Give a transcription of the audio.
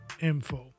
info